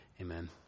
amen